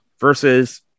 Versus